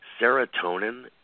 serotonin